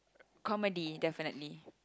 comedy definitely